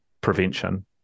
prevention